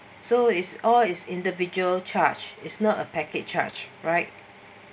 so is all is individual charge is not a packet charge right